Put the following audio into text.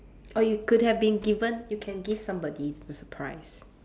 or you could have been given you can give somebody the surprise